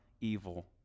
evil